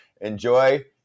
enjoy